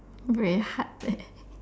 very hard leh